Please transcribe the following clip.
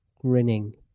grinning